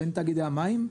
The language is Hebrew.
בין תאגידי המים,